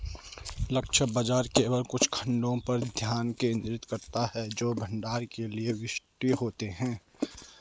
लक्ष्य बाजार केवल कुछ खंडों पर ध्यान केंद्रित करता है जो ब्रांड के लिए विशिष्ट होते हैं